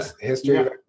History